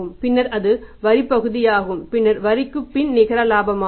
பின்னர் அது வரிப் பகுதியாகும் பின்னர் வரிக்கு பின் நிகர இலாபமாகும்